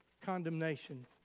condemnation